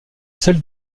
celle